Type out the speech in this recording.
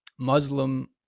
muslim